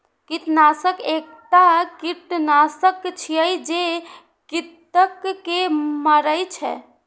कृंतकनाशक एकटा कीटनाशक छियै, जे कृंतक के मारै छै